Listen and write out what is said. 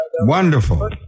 wonderful